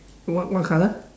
what what colour